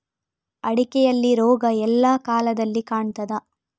ಅಡಿಕೆಯಲ್ಲಿ ರೋಗ ಎಲ್ಲಾ ಕಾಲದಲ್ಲಿ ಕಾಣ್ತದ?